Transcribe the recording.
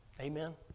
Amen